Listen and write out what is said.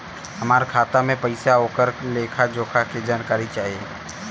हमार खाता में पैसा ओकर लेखा जोखा के जानकारी चाही?